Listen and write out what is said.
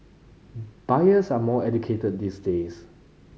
buyers are more educated these days